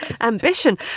Ambition